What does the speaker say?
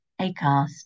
Acast